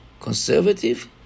conservative